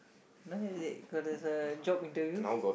now is it cause there's a job interview